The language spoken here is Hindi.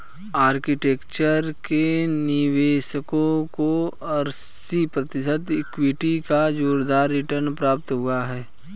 आर्किटेक्चर के निवेशकों को अस्सी प्रतिशत इक्विटी का जोरदार रिटर्न प्राप्त हुआ है